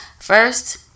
first